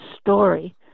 story